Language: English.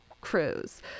crews